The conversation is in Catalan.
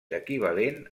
equivalent